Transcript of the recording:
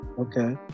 okay